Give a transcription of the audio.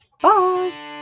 Bye